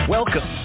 Welcome